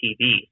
TV